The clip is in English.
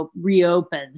reopen